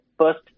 first